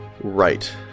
Right